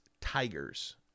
Tigers